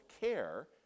care